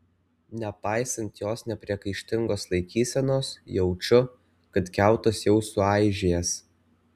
nepaisant jos nepriekaištingos laikysenos jaučiu kad kiautas jau suaižėjęs